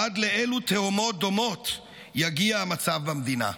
עד לאלו תהומות דומות יגיע המצב במדינה: